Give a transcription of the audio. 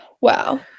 wow